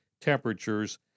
temperatures